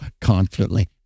confidently